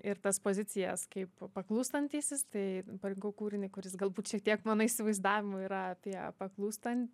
ir tas pozicijas kaip paklūstantysis tai parinkau kūrinį kuris galbūt šiek tiek mano įsivaizdavimu yra apie paklūstan